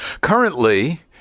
Currently